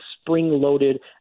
spring-loaded